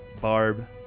Barb